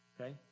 Okay